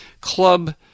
club